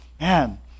man